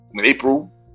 April